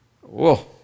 Whoa